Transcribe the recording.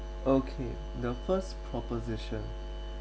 okay the first proposition